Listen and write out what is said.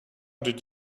did